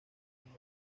como